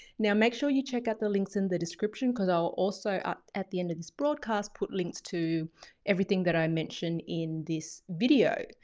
now, make sure you check out the links in the description cause i'll also at at the end of this broadcast, put links to everything that i mentioned in this video.